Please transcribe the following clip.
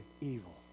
evil